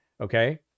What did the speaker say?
okay